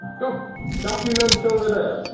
no documents over there.